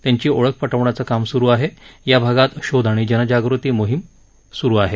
त्यांची ओळख पटवण्याचं काम सुरु आहे या भागात शोध आणि जनजागृती मोहीम सुरु आहे